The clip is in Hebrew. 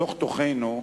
בתוך תוכנו,